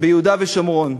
ביהודה ושומרון,